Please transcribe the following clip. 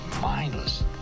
mindless